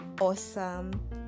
awesome